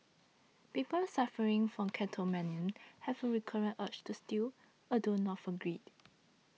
people suffering from kleptomania have a recurrent urge to steal although not for greed